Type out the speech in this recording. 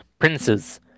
Princes